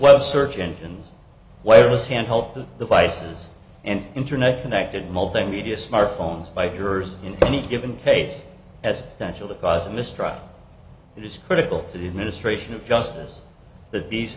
web search engines wireless handheld devices and internet connected multimedia smartphones by yours in any given case as natural to cause a mistrial that is critical to the administration of justice that these